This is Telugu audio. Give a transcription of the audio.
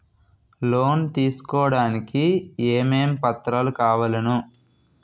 లోన్ తీసుకోడానికి ఏమేం పత్రాలు కావలెను?